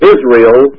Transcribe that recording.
Israel